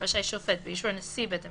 רשאי שופט באישור נשיא בית המשפט,